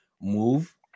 Move